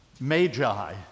magi